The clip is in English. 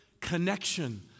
connection